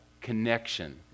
connection